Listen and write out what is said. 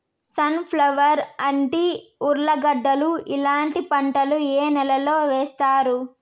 Sun flower, అంటి, ఉర్లగడ్డలు ఇలాంటి పంటలు ఏ నెలలో వేస్తారు?